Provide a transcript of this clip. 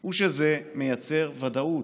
הוא שזה מייצר ודאות,